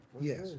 Yes